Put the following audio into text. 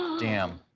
damn.